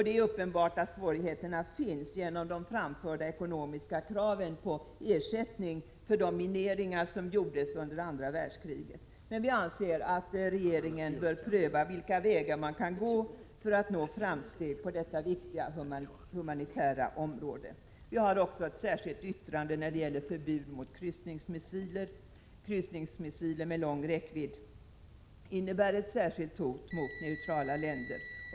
Det är uppenbart att svårigheterna finns på grund av de framförda ekonomiska kraven på ersättning för oskadliggörandet av de mineringar som gjordes under andra världskriget, men vi anser att regeringen bör pröva vilka vägar man kan gå för att nå framsteg på detta viktiga humanitära område. Vi har också ett särskilt yttrande när det gäller förbud mot kryssningsmissiler. Kryssningsmissiler med lång räckvidd innebär ett särskilt hot mot neutrala länder.